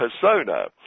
persona